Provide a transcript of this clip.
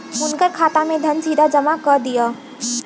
हुनकर खाता में धन सीधा जमा कअ दिअ